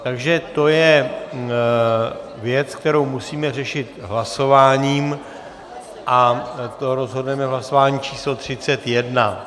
Takže to je věc, kterou musíme řešit hlasováním, a to rozhodneme v hlasování číslo třicet jedna.